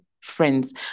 friends